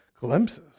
glimpses